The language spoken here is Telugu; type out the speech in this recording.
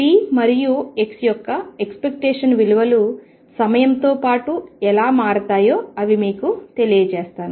p మరియు x యొక్క ఎక్స్పెక్టేషన్ విలువలు సమయం తో పాటు ఎలా మారతాయో అవి మీకు తెలియజేస్తాను